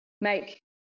make